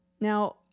Now